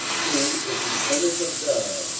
who is the image of god,